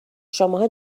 شماها